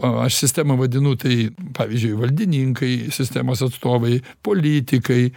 o aš sistema vadinu tai pavyzdžiui valdininkai sistemos atstovai politikai